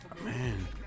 man